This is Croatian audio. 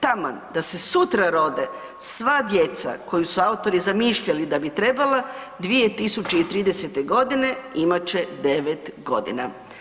Taman da se sutra rode sva djeca koju su autori zamišljali da bi trebala 2030. g. imat će 9 godina.